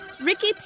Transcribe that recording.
Ricky